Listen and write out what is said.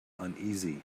uneasy